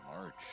March